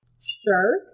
Sure